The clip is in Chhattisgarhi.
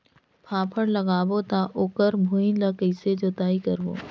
फाफण लगाबो ता ओकर भुईं ला कइसे जोताई करबो?